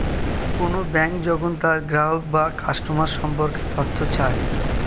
কোন ব্যাঙ্ক যখন তার গ্রাহক বা কাস্টমার সম্পর্কে তথ্য চায়